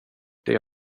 det